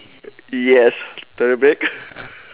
yes perfect